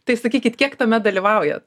tai sakykit kiek tame dalyvaujat